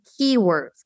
keywords